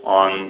on